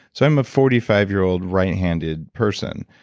so, i'm a forty five year old right-handed person,